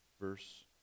verse